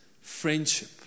friendship